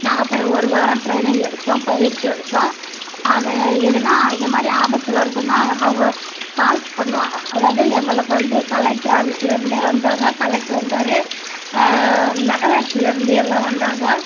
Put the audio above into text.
நாங்கள் போய் ஒரு வாரம் டிரைனிங் எடுத்தோம் பயிற்சி எடுத்தோம் அது எதுன்னா இதை மாதிரி ஆபத்து வருதுன்னா அவங்க கால் பண்ணுவாங்க அதாவது எங்களுக்கு வந்து கலெக்டர் ஆஃபீஸ்லயிருந்தே வந்தாங்க கலெக்டரு வந்தார் நகராட்சியிலருந்து எல்லாம் வந்தாங்க